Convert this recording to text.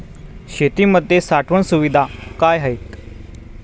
शेतीमध्ये साठवण सुविधा काय आहेत?